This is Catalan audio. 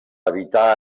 evitar